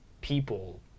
people